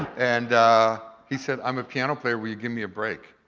and he said, i'm a piano player, will you give me a break?